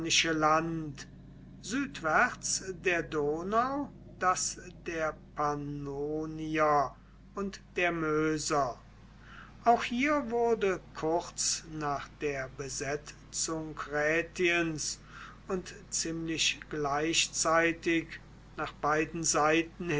südwärts der donau das der pannonier und der möser auch hier wurde kurz nach der besetzung rätiens und ziemlich gleichzeitig nach beiden seiten